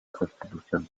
constitución